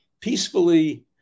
peacefully